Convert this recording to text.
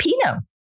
Pinot